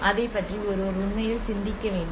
அதைப் பற்றி ஒருவர் உண்மையில் சிந்திக்க வேண்டும்